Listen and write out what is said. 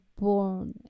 born